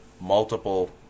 multiple